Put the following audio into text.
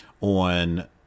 on